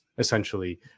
Essentially